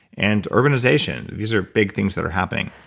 and urbanization. these are big things that are happening.